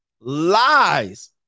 Lies